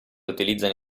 utilizzano